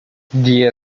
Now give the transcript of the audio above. die